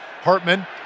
Hartman